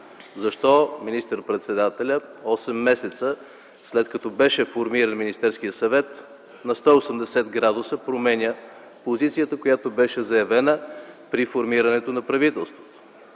защо министър-председателят 8 месеца след като беше формиран Министерският съвет променя на 180 градуса позицията, която беше заявена при формирането на правителството.